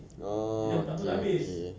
oh okay